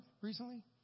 recently